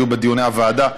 בדיוני הוועדה,